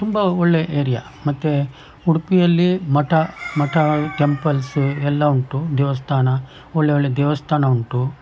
ತುಂಬ ಒಳ್ಳೆ ಏರಿಯ ಮತ್ತೇ ಉಡ್ಪಿಯಲ್ಲಿ ಮಠ ಮಠ ಟೆಂಪಲ್ಸ್ ಎಲ್ಲ ಉಂಟು ದೇವಸ್ಥಾನ ಒಳ್ಳೆ ಒಳ್ಳೆ ದೇವಸ್ಥಾನ ಉಂಟು